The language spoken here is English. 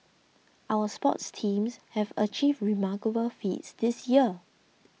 our sports teams have achieved remarkable feats this year